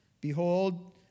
Behold